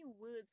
words